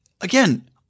again